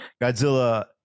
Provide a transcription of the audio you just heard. godzilla